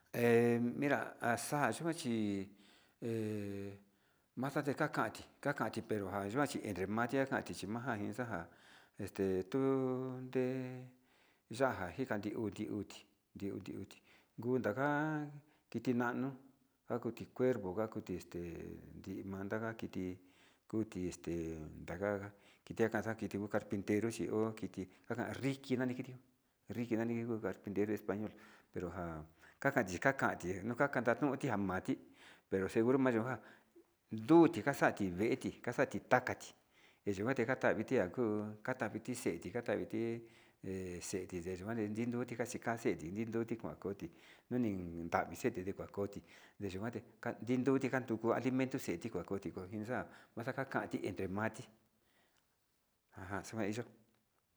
He minra ha xa'a yuu chi he xanti kakanti kakanti pero yikuan chi pero entre mati njakanti kichi manja xanjan este tunde ya'á xhika nrii uti uti njunta njan kiti nano njaku cuervo njakuti este nri nraka kiti kuti este nraka este njakan carpintero, xhioki njakan riki na'a nakitio nriki njanuka kandi español pero njan kakandi njakandi ndi kakanuti njamati pero seguro madioka luti kaxati véeti xati tati, eyokan tikaviti ngaku kaviti xeeti ndeviti nde xe'e ti njataviti he xueti nayivati luti kaxeti lilu duti kuan koti nin kuantixeti kuan koti ndekuanti njandu kuali merceti njuan koti konjinxan maxakan anti entre mati ajan xana neyuu.